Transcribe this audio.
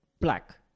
Black